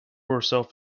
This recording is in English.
herself